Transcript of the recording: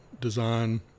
design